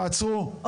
תעצרו,